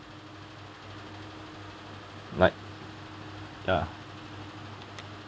like ya